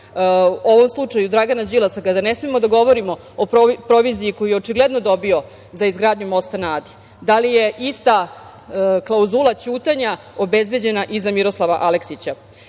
ovom slučaju Dragana Đilasa, kada ne smemo da govorimo o proviziji koju je očigledno dobio za izgradnju Mosta na Adi, da li je ista klauzula ćutanja obezbeđena i za Miroslava Aleksića? Revizor